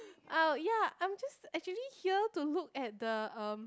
oh yea I'm just actually here to look at the um